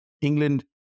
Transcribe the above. England